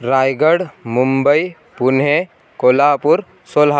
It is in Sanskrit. राय्गढ् मुम्बै पुन्हे कोलापुर् सोल्हा